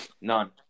None